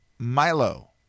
Milo